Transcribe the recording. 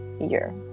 year